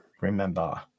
Remember